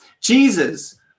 Jesus